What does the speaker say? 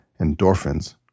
endorphins